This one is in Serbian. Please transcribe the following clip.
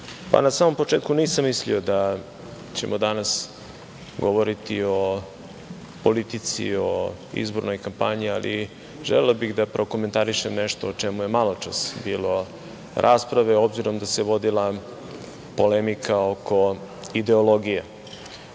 na samom početku nisam mislio da ćemo danas govoriti o politici, o izbornoj kampanji, ali želeo bih da prokomentarišem nešto o čemu je maločas bilo rasprave, obzirom da se vodila polemika oko ideologije. Slažem